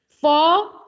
four